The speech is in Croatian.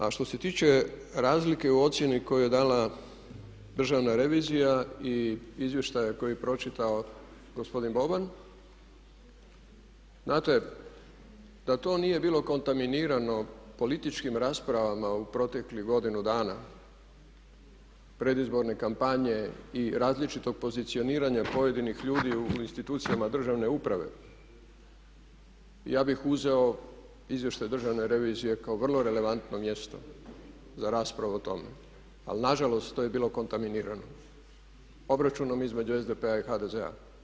A što se tiče razlike u ocijeni koju je dala državna revizija i izvještaje koji je pročitao gospodin Boban, znate da to nije bilo kontaminirano političkim raspravama u proteklih godinu dana predizborne kampanje i različitog pozicioniranja pojedinih ljudi u institucijama državne uprave ja bih uzeo izvještaj državne revizije kao vrlo relevantno mjesto za raspravu o tome ali nažalost to je bilo kontaminirano obračunom između SDP-a i HDZ-a.